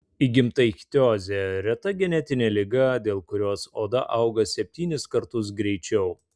įgimta ichtiozė reta genetinė liga dėl kurios oda auga septynis kartus greičiau